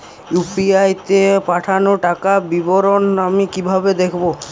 UPI তে পাঠানো টাকার বিবরণ আমি কিভাবে দেখবো?